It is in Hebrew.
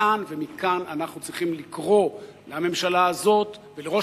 מכאן אנחנו צריכים לקרוא לממשלה הזאת ולראש